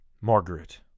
MARGARET